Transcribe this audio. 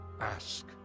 ask